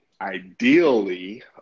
Ideally